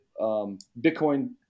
Bitcoin